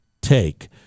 take